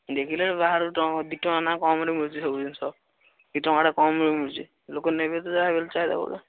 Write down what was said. ଦେଖିଲେ ବାହାରୁ ଟଙ୍କା ଦୁଇ ଟଙ୍କା ଲେଖାଁ କମ୍ରେ ମିଳୁଛି ସବୁ ଜିନିଷ ଦୁଇ ଟଙ୍କାରେ କମ୍ ମିଳୁଛି ଲୋକ ନେବେ ତ ଯାହା ହେଲେ ବି ଚାହିଦା ବଢ଼ିବ